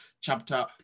chapter